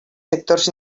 sectors